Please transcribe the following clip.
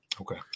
Okay